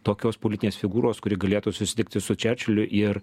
tokios politinės figūros kuri galėtų susitikti su čerčiliu ir